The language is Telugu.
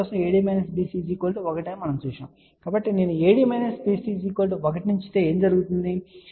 కాబట్టి నేను AD BC 1 ను ఉంచితే ఏం జరుగుతుంది